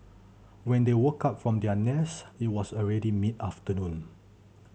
when they woke up from their rest it was already mid afternoon